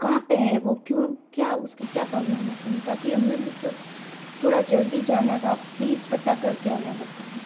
कहाँ पर है वो क्यों क्या उसकी क्या प्रॉब्लम होगी ताकि हमें भी सर थोड़ा जल्दी जाना था आप प्लीज पता कर के हमें बताएं